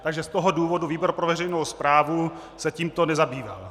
Takže z toho důvodu výbor pro veřejnou správu se tímto nezabýval.